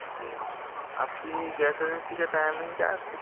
जी आपकी gas agency का timing क्या है